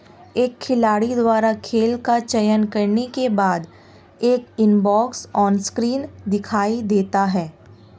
एक खिलाड़ी द्वारा खेल का चयन करने के बाद, एक इनवॉइस ऑनस्क्रीन दिखाई देता है